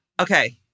okay